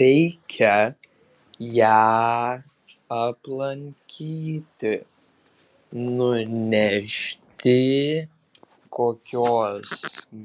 reikia ją aplankyti nunešti kokios